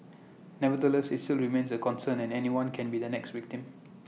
nevertheless IT still remains A concern and anyone can be the next victim